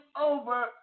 over